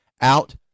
out